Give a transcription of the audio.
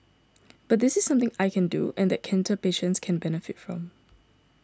but this is something I can do and that cancer patients can benefit from